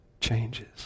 changes